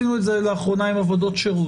עשינו את זה לאחרונה עם עבודות שירות.